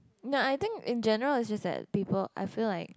ya I think in general is just that people I feel like